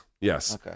Yes